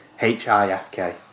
HIFK